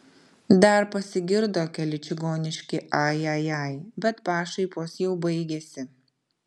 dar pasigirdo keli čigoniški ai ai ai bet pašaipos jau baigėsi